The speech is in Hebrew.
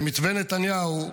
במתווה נתניהו,